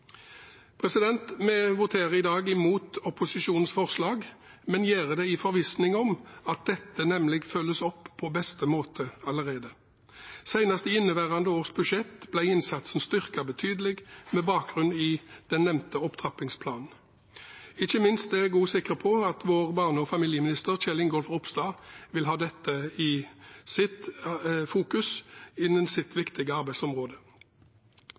Vi voterer i dag imot opposisjonens forslag, men gjør det i forvissning om at dette følges opp på beste måte allerede. Senest i inneværende års budsjett ble innsatsen styrket betydelig, med bakgrunn i den nevnte opptrappingsplanen. Ikke minst er jeg også sikker på at vår barne- og familieminister, Kjell Ingolf Ropstad, vil ha dette i fokus innen sitt viktige arbeidsområde.